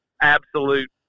absolute